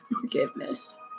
Forgiveness